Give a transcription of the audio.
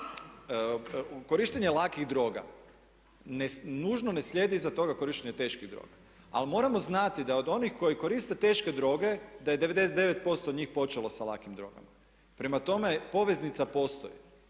korištenje lakih droga nužno ne slijedi iza toga korištenje teških droga. Ali moramo znati da od onih koji koriste teške droge da je 99% njih počelo sa lakim drogama. Prema tome, poveznica postoji.